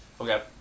Okay